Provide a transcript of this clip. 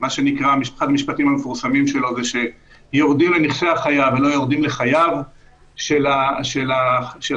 אחד המשפטים המפורסמים שלו הוא שיורדים לנכסי החייב ולא לחייו של החייב.